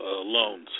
loans